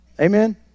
Amen